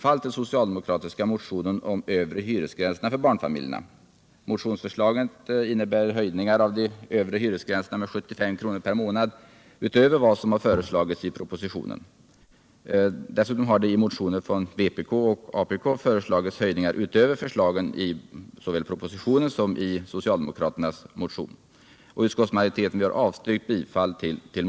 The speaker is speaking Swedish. av de övre hyresgränserna med 75 kr. per månad utöver vad som fö — Nr 51 reslagits i propositionen. Dessutom har i motioner från vpk och från Rolf Hagel och Alf Lövenborg föreslagits höjningar utöver förslagen i såväl propositionen som socialdemokraternas reservation. Utskottsmajoriteten har avstyrkt bifall till motionerna.